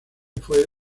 fue